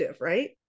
right